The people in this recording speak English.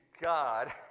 God